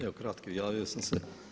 Evo kratko, javio sam se.